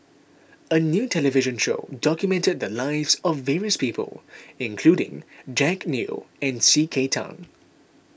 a new television show documented the lives of various people including Jack Neo and C K Tang